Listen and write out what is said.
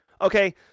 Okay